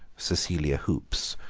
cecilia hoops,